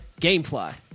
Gamefly